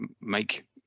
make